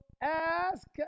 ask